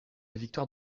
victoire